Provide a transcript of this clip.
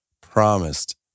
promised